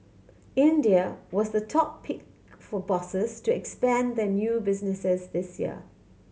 India was the top pick for bosses to expand their new businesses this year